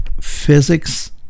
physics